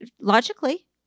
logically